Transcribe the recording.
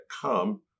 come